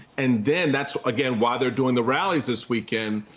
and then that's, again, why they're doing the rallies this weekend,